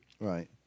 Right